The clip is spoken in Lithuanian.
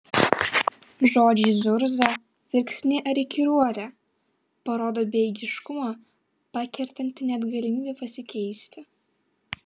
žodžiai zurza verksnė ar įkyruolė parodo bejėgiškumą pakertantį net galimybę pasikeisti